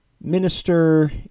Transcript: minister